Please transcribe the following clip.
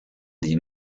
des